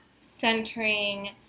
centering